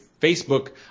Facebook